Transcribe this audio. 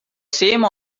same